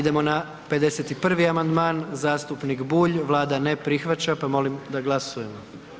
Idemo na 51. amandman zastupnik Bulj, Vlada ne prihvaća, pa molim da glasujemo.